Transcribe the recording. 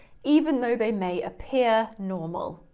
even though they may appear normal,